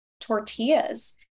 tortillas